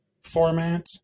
format